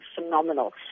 phenomenal